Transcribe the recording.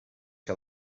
que